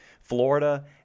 Florida